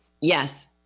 Yes